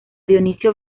dionisio